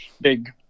big